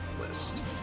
list